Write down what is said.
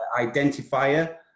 identifier